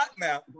now